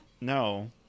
No